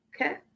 okay